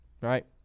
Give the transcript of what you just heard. Right